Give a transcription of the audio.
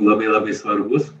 labai labai svarbūs